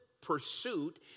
pursuit